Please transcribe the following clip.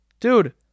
Dude